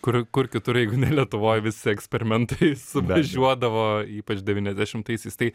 kur kur kitur jeigu ne lietuvoj visi eksperimentai suvažiuodavo ypač devyniasdešimtaisiais tai